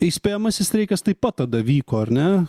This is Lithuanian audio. įspėjamasis streikas taip pat tada vyko ar ne